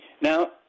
Now